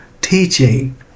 teaching